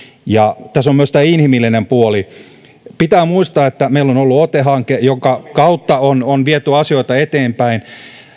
tässä on myös tämä inhimillinen puoli pitää muistaa että meillä on ollut ote hanke jonka kautta on on viety asioita eteenpäin